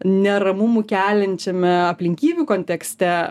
neramumų keliančiame aplinkybių kontekste